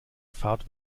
fahrt